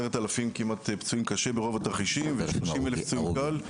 כמעט 10,000 פצועים קשה ברוב התרחישים ו-30,000 פצועים קל,